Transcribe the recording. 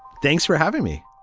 thanks for having me.